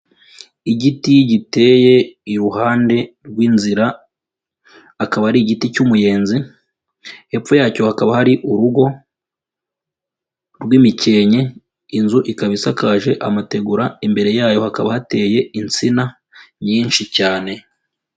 Igiti giteye iruhande rw'inzira, akaba ari igiti cy'umuyenzi, hepfo yacyo hakaba hari urugo rw'imikenke, inzu ikaba isakaje amategura, imbere yayo hakaba hateye insina nyinshi cyane.